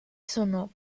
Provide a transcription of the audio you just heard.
sono